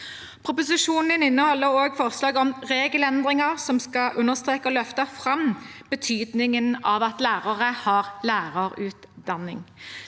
Proposisjonen inneholder også forslag om regelendringer som skal understreke og løfte fram betydningen av at lærere har lærerutdanning.